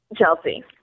Chelsea